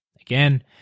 Again